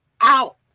out